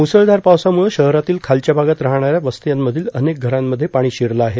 मुसळधार पावसाम्रळं शहरातील खालच्या भागात राहणाऱ्या वस्त्यांमधील अनेक घरांमध्ये पाणी शिरलं आहे